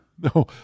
No